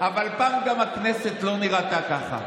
אבל פעם גם הכנסת לא נראתה ככה,